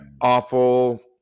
awful